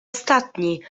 ostatni